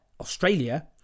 Australia